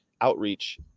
outreach